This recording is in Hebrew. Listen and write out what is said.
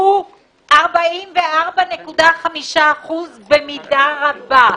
הוא 44.5% במידה רבה,